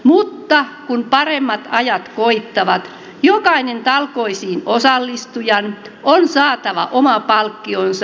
mutta kun paremmat ajat koittavat jokaisen talkoisiin osallistujan on saatava oma palkkionsa